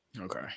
Okay